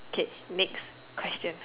okay next question